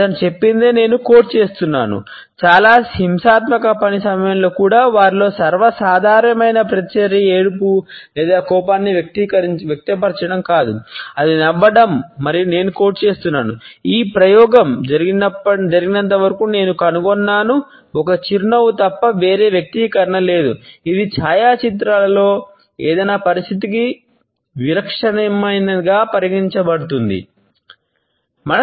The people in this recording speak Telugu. అతను చెప్పినది నేను కోట్ చేస్తున్నాను చాలా హింసాత్మక పని సమయంలో కూడా వారిలో సర్వసాధారణమైన ప్రతిచర్య ఏడుపు లేదా కోపాన్ని వ్యక్తపరచడం కాదు అది నవ్వడం మరియు నేను కోట్ చేస్తున్నాను "ఈ ప్రయోగం జరిగినంతవరకు నేను కనుగొన్నాను ఒక చిరునవ్వు తప్ప వేరే వ్యక్తీకరణ లేదు ఇది ఛాయాచిత్రాలలో ఏదైనా పరిస్థితికి విలక్షణమైనదిగా పరిగణించబడుతుంది "